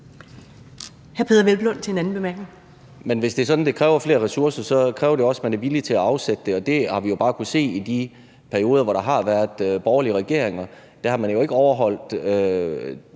Peder Hvelplund (EL): Men hvis det er sådan, at det kræver flere ressourcer, så kræver det også, at man er villig til at afsætte dem, og der har vi jo bare kunnet se i de perioder, hvor der har været borgerlige regeringer, at man ikke har overholdt